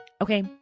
Okay